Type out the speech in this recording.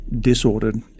disordered